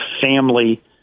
family